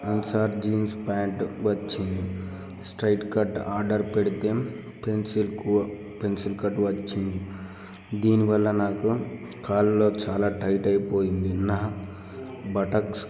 answer jeans pant వచ్చింది straight cut order పెడితే pencil కో పెన్సిల్ కట్ వచ్చింది దీని వల్ల నాకు కాళ్ళలో చాలా టైటు అయిపోయింది నా బటక్స్